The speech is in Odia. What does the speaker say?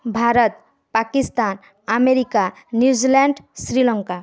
Bharat Pakistan America New Zealand Sri Lanka